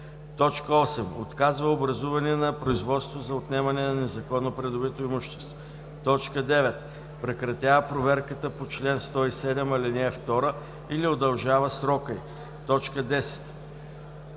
8. отказва образуване на производство за отнемане на незаконно придобито имущество; 9. прекратява проверката по чл. 107, ал. 2 или удължава срока й; 10.